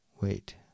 Wait